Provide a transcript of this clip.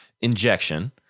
injection